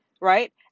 Right